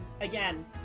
again